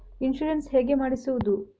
Insurance ಹೇಗೆ ಮಾಡಿಸುವುದು?